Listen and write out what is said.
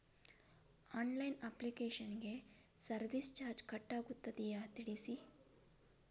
Online application ಗೆ service charge cut ಆಗುತ್ತದೆಯಾ ತಿಳಿಸಿ?